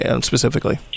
specifically